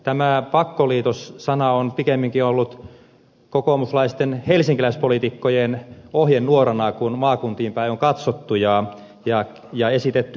tämä pakkoliitos sana on pikemminkin ollut kokoomuslaisten helsinkiläispoliitikkojen ohjenuorana kun maakuntiin päin on katsottu ja esitetty ratkaisumalleja